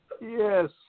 yes